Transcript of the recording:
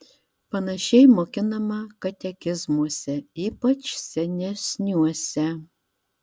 panašiai mokinama katekizmuose ypač senesniuose